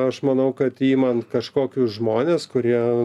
aš manau kad imant kažkokius žmones kurie